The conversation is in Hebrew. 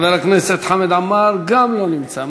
חבר הכנסת חמד עמאר, גם לא נמצא.